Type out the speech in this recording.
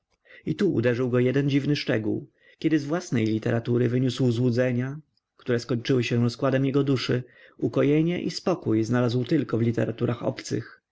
i tu uderzył go jeden dziwny szczegół kiedy z własnej literatury wyniósł złudzenia które zakończyły się rozkładem jego duszy ukojenie i spokój znajdował tylko w literaturach obcych